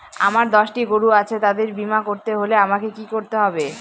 আমার দশটি গরু আছে তাদের বীমা করতে হলে আমাকে কি করতে হবে?